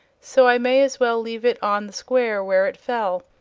so i may as well leave it on the square where it fell.